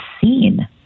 seen